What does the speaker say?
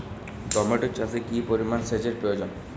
Tomato চাষে কি পরিমান সেচের প্রয়োজন?